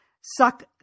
suck